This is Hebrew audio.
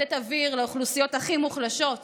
לתת אוויר